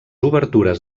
obertures